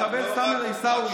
עם המחבל סאמר עיסאווי,